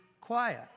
quiet